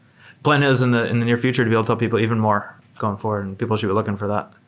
plan is in the in the near future to be able to tell people even more going forward and people should be looking for that.